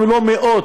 אם לא מאות,